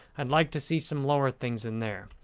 i'd like to see some lower things in there.